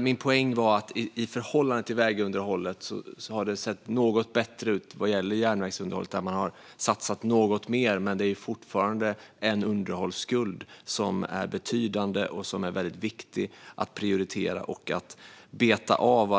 Min poäng var att det i förhållande till vägunderhållet har sett något bättre ut när det gäller järnvägsunderhållet där man har satsat något mer. Men det finns fortfarande en underhållsskuld som är betydande och som är väldigt viktig att prioritera, beta av och jobba ikapp.